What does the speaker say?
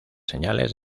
señales